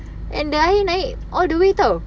and the air naik all the way [tau]